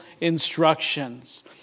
instructions